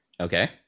Okay